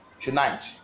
tonight